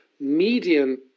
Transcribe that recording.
median